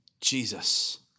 Jesus